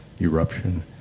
eruption